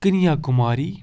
Kanya Kumari